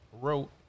wrote